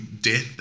death